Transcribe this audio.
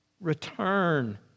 Return